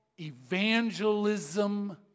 evangelism